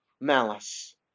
malice